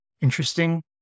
interesting